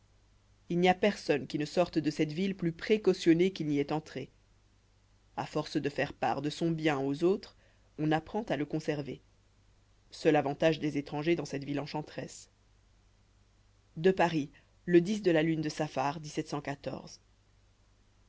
il n'y a personne qui ne sorte de cette ville plus précautionné qu'il n'y est entré à force de faire part de son bien aux autres on apprend à le conserver seul avantage des étrangers dans cette ville enchanteresse de paris le de la lune de